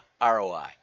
ROI